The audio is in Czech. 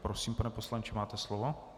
Prosím, pane poslanče, máte slovo.